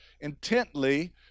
intently